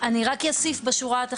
הם בשוק והלם מהמחלה,